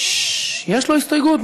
יש לו הסתייגות,